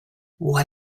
what